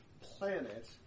planet